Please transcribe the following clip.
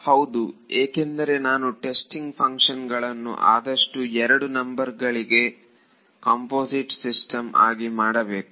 ಹೌದು ಹೌದು ಏಕೆಂದರೆ ನಾನು ಟೆಸ್ಟಿಂಗ್ ಫಂಕ್ಷನ್ಗಳನ್ನು ಆದಷ್ಟು ಎರಡು ನಂಬರ್ ನಂಬರ್ಗಳ ಕಾಂಪೋಸಿಟ್ ಸಮ್ ಆಗಿ ಮಾಡಬೇಕು